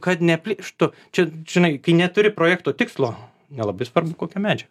kad neplyštų čia žinai kai neturi projekto tikslo nelabai svarbu kokio medžio